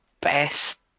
best